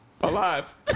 Alive